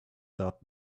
that